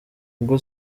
ubwo